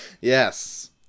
Yes